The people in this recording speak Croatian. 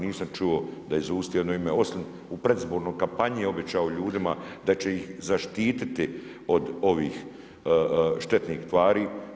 Nisam čuo da je izustio jedno ime osim u predizbornoj kampanji je obećao ljudima da će ih zaštititi od ovih štetnih tvari.